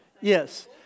Yes